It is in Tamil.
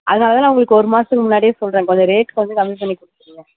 அதனால தாண்ணா உங்களுக்கு ஒரு மாதம் முன்னாடியே சொல்கிறேன் கொஞ்சம் ரேட் கொஞ்சம் கம்மி பண்ணி கொடுத்துருங்க